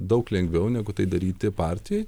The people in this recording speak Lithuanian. daug lengviau negu tai daryti partijoj